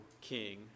king